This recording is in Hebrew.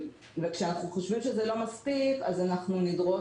וכשאנחנו חושבים שזה לא מספיק אנחנו נדרוש